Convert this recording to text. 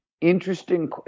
interesting